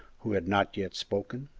who had not yet spoken.